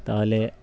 তাহলে